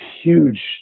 huge